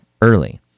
early